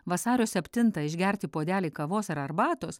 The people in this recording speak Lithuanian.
vasario septintą išgerti puodelį kavos ar arbatos